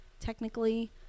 Technically